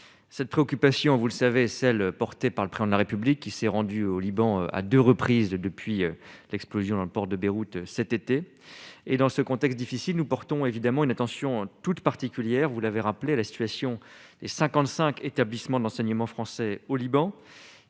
cette préoccupation, vous le savez, celle portée par le prion de la République, qui s'est rendu au Liban, à 2 reprises depuis l'explosion dans le port de Beyrouth cet été et dans ce contexte difficile, nous portons évidemment une attention toute particulière, vous l'avez rappelé la situation, les 55 établissements de l'enseignement français au Liban,